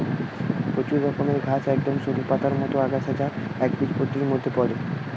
প্রচুর রকমের ঘাস একদম সরু পাতার মতন আগাছা যা একবীজপত্রীর মধ্যে পড়ে